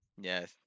yes